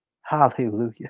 Hallelujah